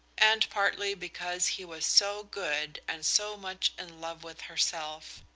and partly because he was so good and so much in love with herself.